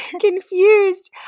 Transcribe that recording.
Confused